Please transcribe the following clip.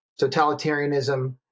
totalitarianism